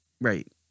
Right